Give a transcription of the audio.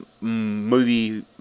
movie